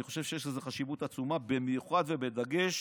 אני חושב שיש לזה חשיבות עצומה, במיוחד ובדגש